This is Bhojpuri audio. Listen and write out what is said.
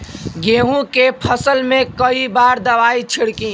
गेहूँ के फसल मे कई बार दवाई छिड़की?